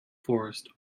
forest